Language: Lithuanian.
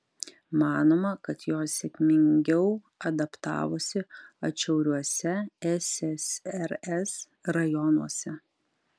manoma kad jos sėkmingiau adaptavosi atšiauriuose ssrs rajonuose